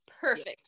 Perfect